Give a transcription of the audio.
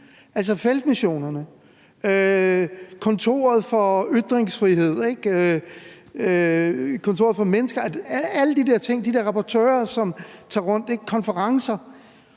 feltmissionerne, kontoret for ytringsfrihed, kontoret for menneskeret, alle de der ting, hvor rapportørerne tager rundt, konferencer.